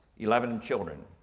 eleven children.